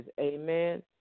amen